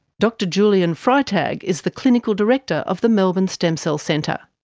dr julien freitag is the clinical director of the melbourne stem cell centre.